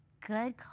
good